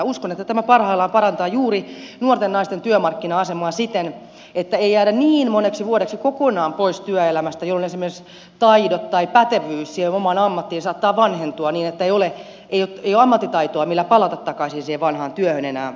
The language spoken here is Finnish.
uskon että tämä parhaimmillaan parantaa juuri nuorten naisten työmarkkina asemaa siten että ei jäädä niin moneksi vuodeksi kokonaan pois työelämästä jolloin esimerkiksi taidot tai pätevyys siihen omaan ammattiin saattaa vanhentua niin että ei ole ammattitaitoa millä palata takaisin siihen vanhaan työhön enää sen jälkeen